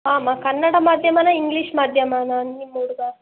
ಹಾಂ ಮಾ ಕನ್ನಡ ಮಾಧ್ಯಮನಾ ಇಂಗ್ಲೀಷ್ ಮಾಧ್ಯಮನಾ ನಿಮ್ಮ ಹುಡ್ಗ